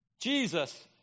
Jesus